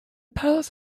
palace